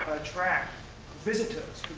attract visitors.